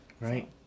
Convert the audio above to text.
Right